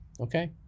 okay